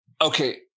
okay